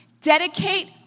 Dedicate